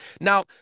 now